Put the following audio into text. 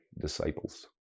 disciples